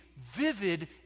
vivid